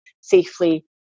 safely